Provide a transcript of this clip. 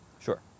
Sure